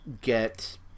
get